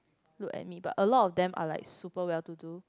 look at me but a lot of them are like super well to do